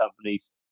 companies